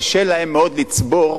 קשה להם מאוד לצבור,